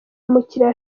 umukiriya